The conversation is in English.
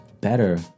better